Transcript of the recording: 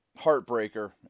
heartbreaker